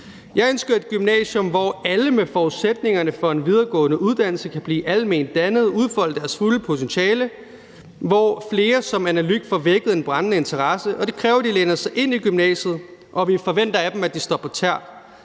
Jeg ønsker et gymnasium, hvor alle med forudsætningerne for en videregående uddannelse kan blive alment dannet og udfolde deres fulde potentiale, og hvor flere som Anna Lyck Smitshuysen får vækket en brændende interesse. Det kræver, at de læner sig ind i gymnasiet, og at vi forventer af dem, at de står på tæer.